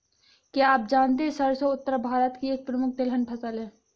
क्या आप जानते है सरसों उत्तर भारत की एक प्रमुख तिलहन फसल है?